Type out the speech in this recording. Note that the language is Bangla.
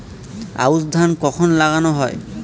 আউশ ধান কখন লাগানো হয়?